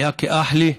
הוא היה כאח לי.